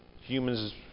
humans